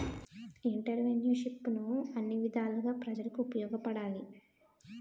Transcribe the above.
ఎంటర్ప్రిన్యూర్షిప్ను అన్ని విధాలుగా ప్రజలకు ఉపయోగపడాలి